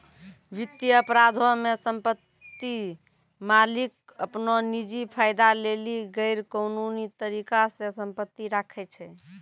वित्तीय अपराधो मे सम्पति मालिक अपनो निजी फायदा लेली गैरकानूनी तरिका से सम्पति राखै छै